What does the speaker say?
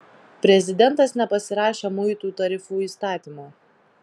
prezidentas nepasirašė muitų tarifų įstatymo